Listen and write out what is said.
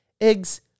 eggs